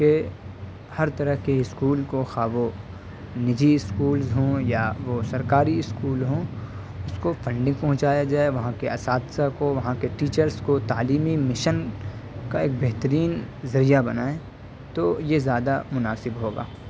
کہ ہر طرح کے اسکول کو خواہ وہ نجی اسکولز ہوں یا وہ سرکاری اسکول ہوں اس کو فنڈنگ پہنچایا جائے وہاں کے استاذہ کو وہاں کے ٹیچرس کو تعلیمی مشن کا ایک بہترین ذریعہ بنائیں تو یہ زیادہ مناسب ہوگا